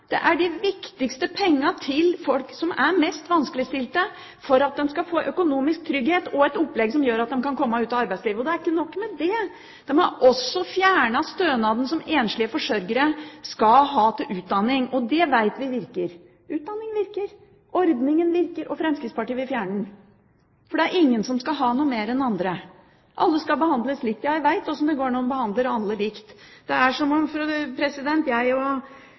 de mest vanskeligstilte, slik at de skal få økonomisk trygghet og et opplegg som gjør at de kan komme ut i arbeidslivet. Og ikke nok med det, Fremskrittspartiet vil også ha fjernet stønaden som enslige forsørgere skal ha til utdanning. Vi vet at utdanning virker. Ordningen virker. Fremskrittspartiet vil fjerne den, for ingen skal ha noe mer enn andre. Alle skal behandles likt. Jeg vet hvordan det går når en behandler alle likt. Det er som om Northug og jeg skulle gå skirenn sammen. Vi kunne ha like trenere, få like mye penger hvis vi vant, samme tidtaking og